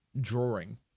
drawing